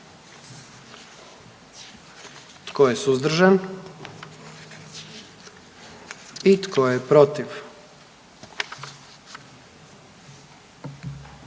Tko je suzdržan? I tko je protiv?